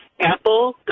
Apple